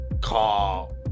Call